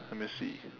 let me see